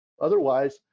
otherwise